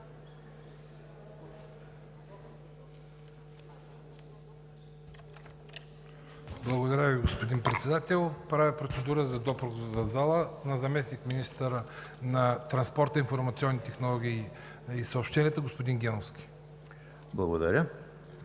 Благодаря Ви, господин Председател. Правя процедура за допуск в залата на заместник-министъра на транспорта, информационните технологии и съобщенията господин Геновски и госпожа